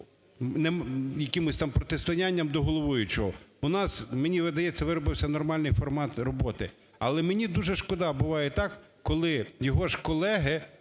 якимсь там протистоянням до головуючого. У нас, мені видається, виробився нормальний формат роботу. Але мені уже шкода буває так, коли його ж колеги